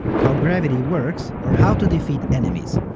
how gravity works or how to defeat enemies,